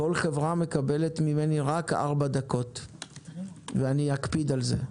כל חברה מקבלת ממני רק ארבע דקות ואני אקפיד על זה,